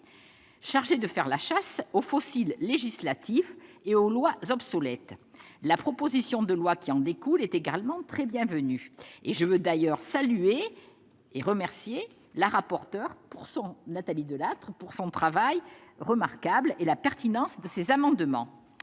chargée de faire la chasse aux fossiles législatifs et aux lois obsolètes. La proposition de loi qui en découle est également très bienvenue. Je veux d'ailleurs saluer et remercier la rapporteure, Nathalie Delattre, de son travail remarquable et de la pertinence de ses amendements.